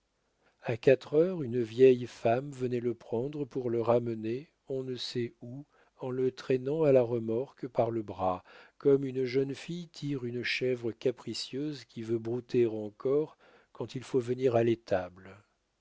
a quatre heures une vieille femme venait le prendre pour le ramener on ne sait où en le traînant à la remorque par le bras comme une jeune fille tire une chèvre capricieuse qui veut brouter encore quand il faut venir à l'étable